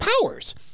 powers